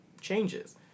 changes